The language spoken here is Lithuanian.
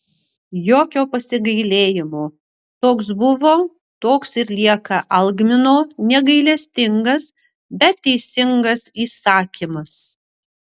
jokio pasigailėjimo toks buvo toks ir lieka algmino negailestingas bet teisingas įsakymas